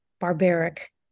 barbaric